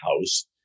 house